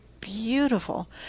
beautiful